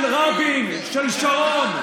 של רבין, של שרון,